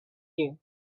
you